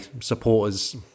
supporters